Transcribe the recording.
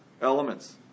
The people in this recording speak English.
elements